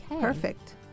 Perfect